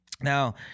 Now